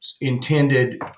intended